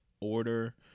order